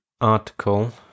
article